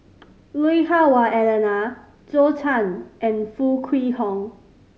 Lui Hah Wah Elena Zhou Can and Foo Kwee Horng